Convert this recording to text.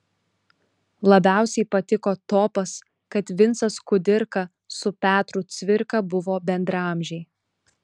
labiausiai patiko topas kad vincas kudirka su petru cvirka buvo bendraamžiai